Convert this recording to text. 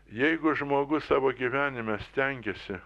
jeigu žmogus savo gyvenime stengiasi